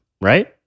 right